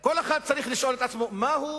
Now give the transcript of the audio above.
כל אחד צריך לשאול את עצמו מה הוא